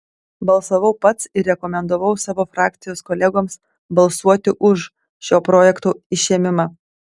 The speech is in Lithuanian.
balsavau pats ir rekomendavau savo frakcijos kolegoms balsuoti už šio projekto išėmimą